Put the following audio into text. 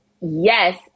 Yes